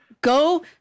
go